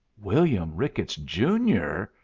william ricketts, junior?